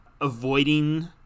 avoiding